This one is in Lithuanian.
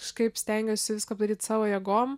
kažkaip stengiuosi viską padaryt savo jėgom